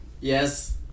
Yes